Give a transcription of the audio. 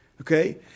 Okay